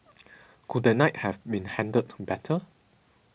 could that night have been handled better